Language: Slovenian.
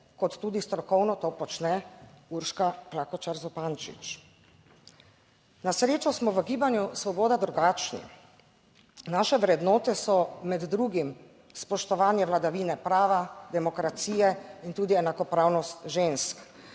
kot tudi strokovno to počne Urška Klakočar Zupančič. Na srečo smo v Gibanju svoboda drugačni. Naše vrednote so med drugim spoštovanje vladavine prava, demokracije in tudi enakopravnost žensk,